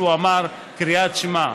כתוב שהוא אמר קריאת שמע.